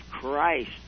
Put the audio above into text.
christ